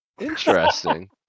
Interesting